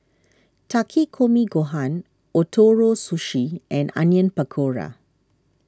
Takikomi Gohan Ootoro Sushi and Onion Pakora